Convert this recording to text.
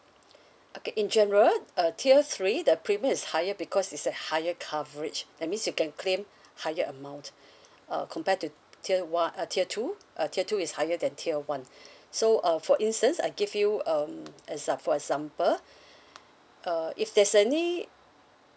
okay in general uh tier three the premium is higher because it's a higher coverage that means you can claim higher amount uh compared to tier one uh tier two uh tier two is higher than tier one so uh for instance I give you um exam~ for example uh if there's any